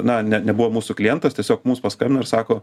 na ne nebuvo mūsų klientas tiesiog mums paskambino ir sako